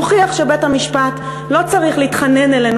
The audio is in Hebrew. נוכיח שבית-המשפט לא צריך להתחנן אלינו